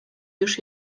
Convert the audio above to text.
już